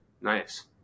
Nice